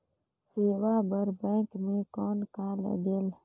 सेवा बर बैंक मे कौन का लगेल?